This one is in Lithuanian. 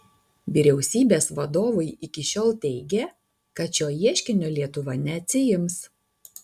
vyriausybės vadovai iki šiol teigė kad šio ieškinio lietuva neatsiims